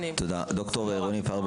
דוקטור רוני פרבר,